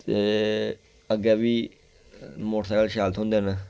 ते अग्गै बी मोटरसैकल शैल थ्होंदे न